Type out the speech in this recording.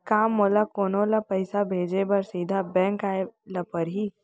का मोला कोनो ल पइसा भेजे बर सीधा बैंक जाय ला परही?